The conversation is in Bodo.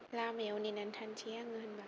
लामायाव नेनानै थानोसै आङो होमबा